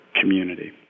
community